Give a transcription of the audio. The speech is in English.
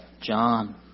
John